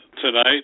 tonight